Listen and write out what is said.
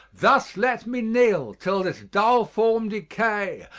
thus let me kneel, till this dull form decay,